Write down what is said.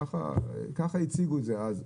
ככה הציגו את זה אז,